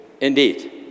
indeed